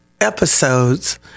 episodes